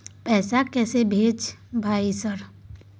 पैसा कैसे भेज भाई सर?